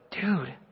dude